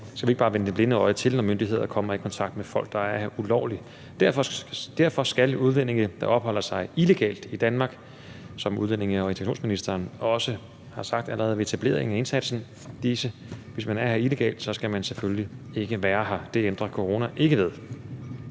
skal vi ikke bare vende det blinde øje til, når myndigheder kommer i kontakt med folk, der er her ulovligt. Derfor skal udlændinge, der opholder sig illegalt i Danmark, som udlændinge- og integrationsministeren også har sagt allerede ved etableringen af indsatsen, selvfølgelig ikke være her. Det ændrer corona ikke ved,